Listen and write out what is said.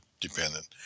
dependent